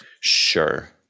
Sure